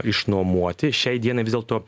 išnuomoti šiai dienai vis dėlto